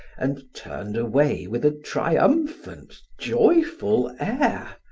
and turned away with a triumphant, joyful air.